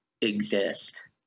exist